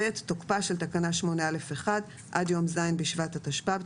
תוקפה של תקנה 8/א'/1 עד יום ז' בשבט התשפ"ב,